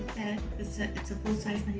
it's ah it's a full size